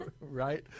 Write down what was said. Right